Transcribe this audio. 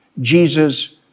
Jesus